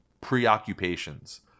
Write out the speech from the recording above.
preoccupations